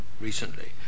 recently